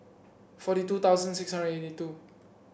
forty two thousand six hundred and eighty two